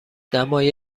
دمای